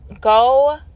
go